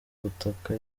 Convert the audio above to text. butaka